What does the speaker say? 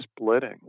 splitting